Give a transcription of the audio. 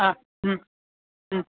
हा